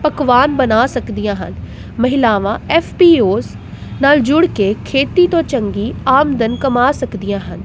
ਪਕਵਾਨ ਬਣਾ ਸਕਦੀਆਂ ਹਨ ਮਹਿਲਾਵਾਂ ਐਫ ਪੀ ਓਸ ਨਾਲ ਜੁੜ ਕੇ ਖੇਤੀ ਤੋਂ ਚੰਗੀ ਆਮਦਨ ਕਮਾ ਸਕਦੀਆਂ ਹਨ